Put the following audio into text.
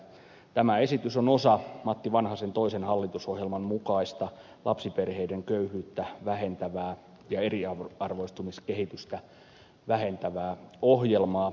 tämä esitys on osa matti vanhasen toisen hallitusohjelman mukaista lapsiperheiden köyhyyttä vähentävää ja eriarvoistumiskehitystä vähentävää ohjelmaa